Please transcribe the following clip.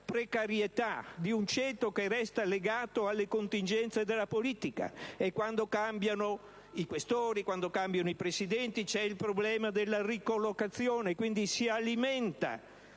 precarietà di un ceto che resta legato alle contingenze della politica, e quando cambiano i senatori Questori, quando cambiano i Presidenti, c'è il problema della ricollocazione. Quindi, si alimenta